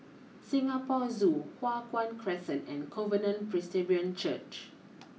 Singapore Zoo Hua Guan Crescent and Covenant Presbyterian Church